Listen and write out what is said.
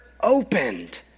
opened